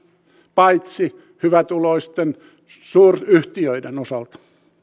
paitsi hyvätuloisten suuryhtiöiden osalta